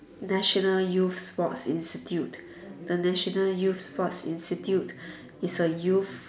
national youth sports institute the national youth sports institute is a youth